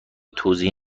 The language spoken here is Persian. توضیحی